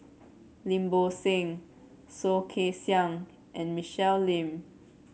Lim Bo Seng Soh Kay Siang and Michelle Lim